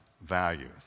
values